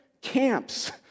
camps